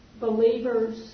believers